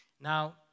Now